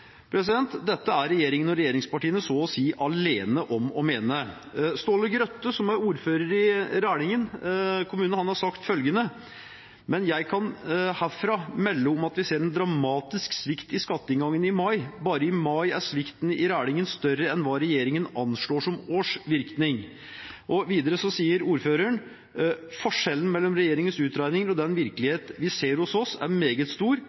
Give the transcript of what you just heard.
Dette er regjeringen og regjeringspartiene så å si alene om å mene. Ståle Grøtte, som er ordfører i Rælingen kommune, har sagt følgende: Jeg kan herfra melde om at vi ser en dramatisk svikt i skatteinngangen i mai. Bare i mai er svikten i Rælingen større enn hva regjeringen anslår som årsvirkning. Videre sier ordføreren: Forskjellen mellom regjeringens utregninger og den virkelighet vi ser hos oss, er meget stor.